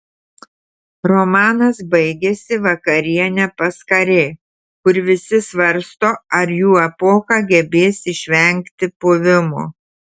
romanas baigiasi vakariene pas karė kur visi svarsto ar jų epocha gebės išvengti puvimo